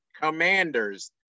Commanders